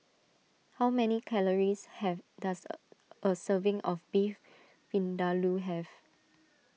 how many calories have does a a serving of Beef Vindaloo have